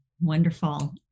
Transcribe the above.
Wonderful